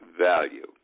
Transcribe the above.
value